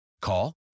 Call